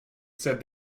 said